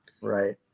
Right